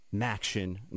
action